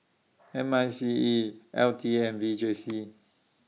M I C E L T A and V J C